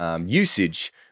usage